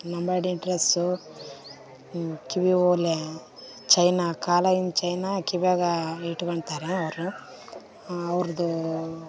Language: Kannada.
ಲಂಬಾಣಿ ಡ್ರಸ್ಸು ಕಿವಿಓಲೆ ಚೈನಾ ಕಾಲಾಗಿನ ಚೈನಾ ಕಿವಿಯಾಗ ಇಟ್ಕೊತಾರ ಅವರು ಅವ್ರದ್ದು